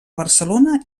barcelona